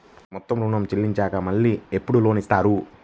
మొత్తం ఋణం చెల్లించినాక మళ్ళీ ఎప్పుడు లోన్ ఇస్తారు?